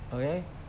okay